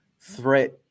threat